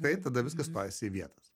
taip tada viskas stojasi į vietas